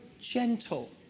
gentle